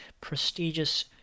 prestigious